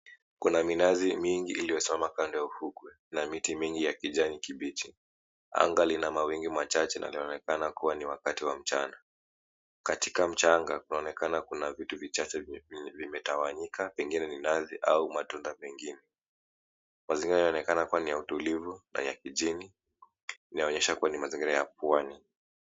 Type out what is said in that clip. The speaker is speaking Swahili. Kuna minazi mingi iliyo simama kando ya ufukwe. Na miti mingi ya kijani kibichi. Anga lina mawingu machache na inaonekana kuwa ni wakati wa mchana .Katika mchanga kunaonekana kuwa kuna vitu vichache vimetawanyika. Pengine minazi au matunda mengine. Mazingira yanaonekana ni tulivu na ya kijani .Yanaonekana ni mazingira ya pwani.